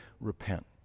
repent